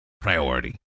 priority